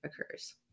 occurs